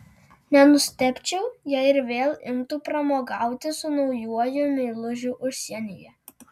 nenustebčiau jei ir vėl imtų pramogauti su naujuoju meilužiu užsienyje